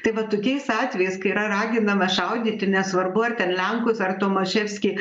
tai vat tokiais atvejais kai yra raginama šaudyti nesvarbu ar ten lenkus ar tomaševskį